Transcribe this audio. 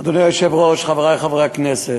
אדוני היושב-ראש, חברי חברי הכנסת,